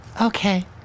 Okay